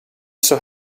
saw